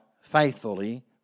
faithfully